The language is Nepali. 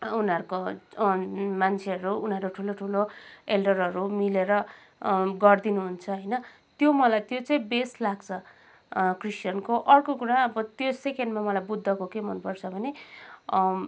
उनीहरूको मान्छेहरू उनीहरू ठुलो ठुलो एल्डरहरू मिलेर गरिदिनु हुन्छ होइन त्यो मलाई त्यो चाहिँ बेस्ट लाग्छ क्रिस्चियनको अर्को कुरा अब त्यो सेकेन्डमा मलाई बुद्धको के मनपर्छ भने